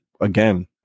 again